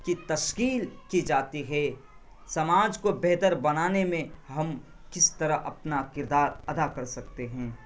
کی تشکیل کی جاتی ہے سماج کو بہتر بنانے میں ہم کس طرح اپنا کردار ادا کر سکتے ہیں